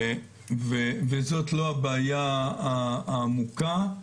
וזאת לא הבעיה העמוקה.